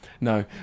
No